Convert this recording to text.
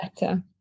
better